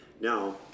Now